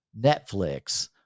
Netflix